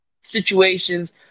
situations